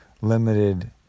limited